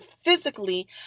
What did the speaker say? physically